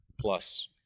plus